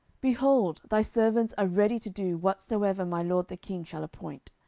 behold, thy servants are ready to do whatsoever my lord the king shall appoint.